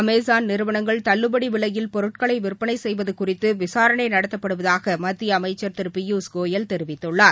Amazon நிறுவனங்கள் தள்ளுபட விலையில் பொருட்களைவிற்பனைசெய்வதுகுறித்துவிசாரணைநடத்தப்படுவதாகமத்தியஅமைச்சர் திருபியூஷ் கோயல் தெரிவித்துள்ளார்